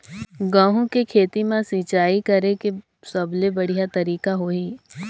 गंहू के खेती मां सिंचाई करेके सबले बढ़िया तरीका होही?